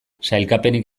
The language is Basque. sailkapenik